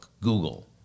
Google